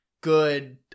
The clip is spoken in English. good